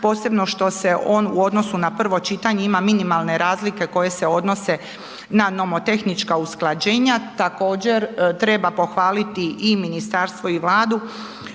posebno što se on u odnosu na prvo čitanje ima minimalne razlike koje se odnose na nomotehnička usklađenja. Također treba pohvaliti i ministarstvo i Vladu